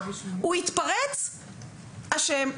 הוא התפרץ אשם,